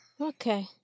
Okay